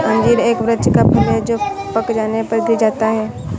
अंजीर एक वृक्ष का फल है जो पक जाने पर गिर जाता है